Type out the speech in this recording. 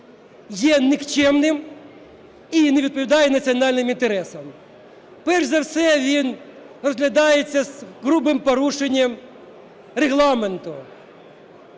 є нікчемним і не відповідає національним інтересам. Перш за все, він розглядається з грубим порушенням Регламенту.